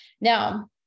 Now